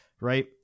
Right